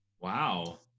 Wow